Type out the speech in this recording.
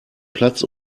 platz